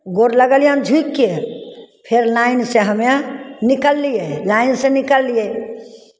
गोर लगलियनि झुकि कऽ फेर लाइनसँ हमे निकललियै लाइनसँ निकललियै